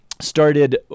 started